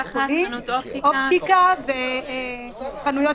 אופטיקה וחנויות